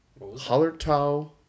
Hallertau